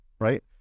right